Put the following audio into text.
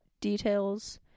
details